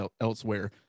elsewhere